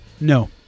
No